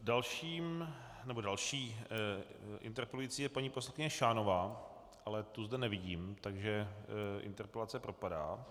Dalším nebo další interpelující je paní poslankyně Šánová, ale tu zde nevidím, takže interpelace propadá.